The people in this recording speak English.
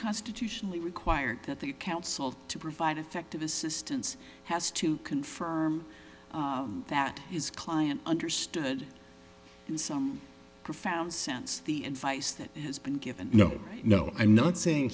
constitutionally required that the counsel to provide effective assistance has to confirm that his client understood in some profound sense the advice that has been given no no i'm not saying